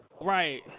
Right